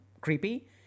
creepy